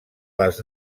les